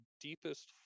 deepest